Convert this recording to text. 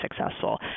successful